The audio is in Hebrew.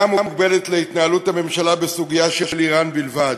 מוגבלת להתנהלות הממשלה בסוגיה של איראן בלבד,